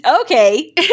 okay